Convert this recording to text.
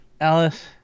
Alice